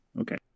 Okay